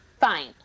Fine